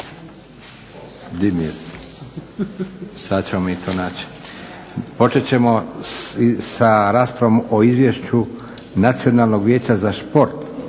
Di mi je? Sad ćemo mi to naći. Počet ćemo sa raspravom o Izvješću Nacionalnog vijeća za šport